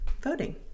voting